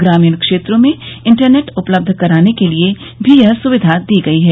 ग्रामीण क्षेत्रों में इंटरनेट उपलब्ध कराने के लिए भी यह सुविधा दी गई है